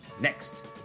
next